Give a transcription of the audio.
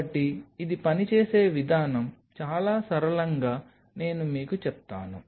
కాబట్టి ఇది పనిచేసే విధానం చాలా సరళంగా నేను మీకు చెప్తాను